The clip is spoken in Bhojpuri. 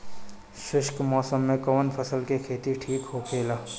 शुष्क मौसम में कउन फसल के खेती ठीक होखेला?